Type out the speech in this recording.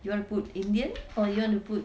you want to put indian or you want to put